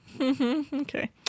okay